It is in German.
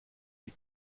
die